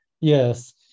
Yes